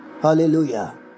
Hallelujah